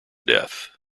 death